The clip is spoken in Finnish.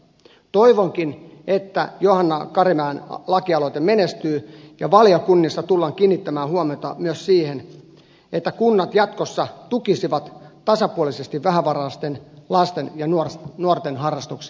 toivonkin että johanna karimäen lakialoite menestyy ja valiokunnissa tullaan kiinnittämään huomiota myös siihen että kunnat jatkossa tukisivat tasapuolisesti vähävaraisten lasten ja nuorten harrastuksia